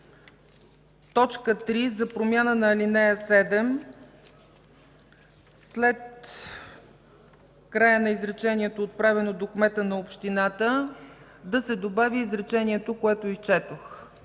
3, т. 3 за промяна на ал. 7: след края на изречението „отправено до кмета на общината” да се добави изречението, което изчетох